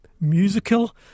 musical